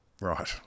Right